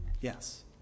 Yes